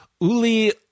Uli